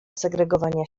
segregowania